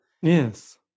Yes